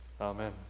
Amen